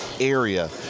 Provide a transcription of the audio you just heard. area